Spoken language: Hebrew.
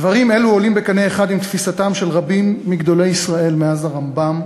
דברים אלו עולים בקנה אחד עם תפיסתם של רבים מגדולי ישראל מאז הרמב"ם,